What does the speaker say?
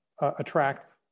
attract